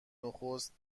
نخست